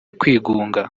kwigunga